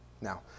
Now